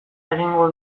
egingo